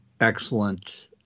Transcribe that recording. excellent